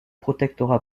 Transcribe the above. protectorat